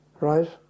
right